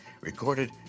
recorded